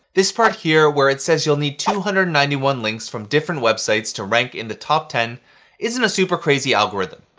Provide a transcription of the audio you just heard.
this part here, where it says you'll need two hundred and ninety one links from different websites to rank in the top ten isn't a super crazy algorithm.